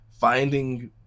finding